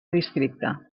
districte